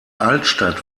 altstadt